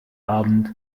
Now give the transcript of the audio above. abend